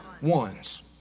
Ones